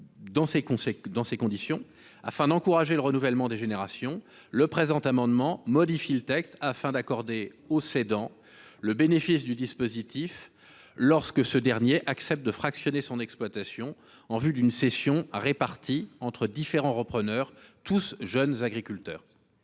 Dès lors, afin d’encourager le renouvellement des générations, cet amendement vise à accorder au cédant le bénéfice du dispositif d’exonération lorsque ce dernier accepte de fractionner son exploitation en vue d’une cession répartie entre différents repreneurs, tous jeunes agriculteurs.